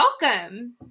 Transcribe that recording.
welcome